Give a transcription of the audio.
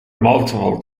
multiple